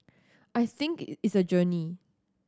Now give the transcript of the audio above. I think it it's a journey